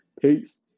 Peace